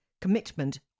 commitment